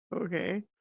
Okay